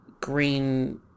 green